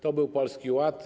To był Polski Ład.